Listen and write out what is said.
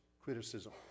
criticism